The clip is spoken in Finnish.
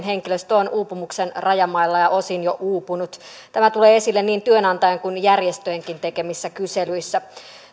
henkilöstö on uupumuksen rajamailla ja osin jo uupunut tämä tulee esille niin työnantajan kuin järjestöjenkin tekemissä kyselyissä